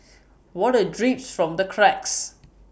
water drips from the cracks